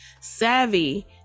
Savvy